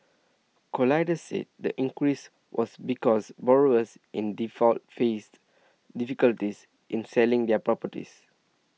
colliers said the increase was because borrowers in default faced difficulties in selling their properties